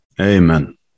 Amen